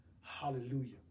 Hallelujah